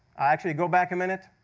actually, go back a minute